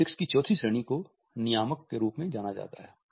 kinesics की चौथी श्रेणी को नियामक के रूप में जाना जाता है